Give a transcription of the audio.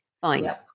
Fine